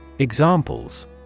Examples